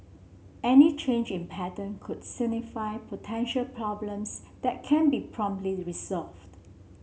any change in pattern could signify potential problems that can be promptly resolved